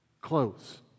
clothes